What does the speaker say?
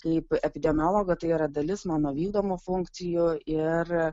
kaip epidemiologo tai yra dalis mano vykdomų funkcijų ir